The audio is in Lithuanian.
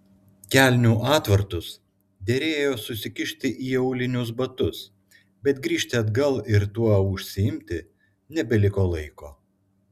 kelnių atvartus derėjo susikišti į aulinius batus bet grįžti atgal ir tuo užsiimti nebeliko laiko